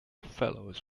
fellows